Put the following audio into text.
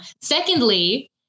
Secondly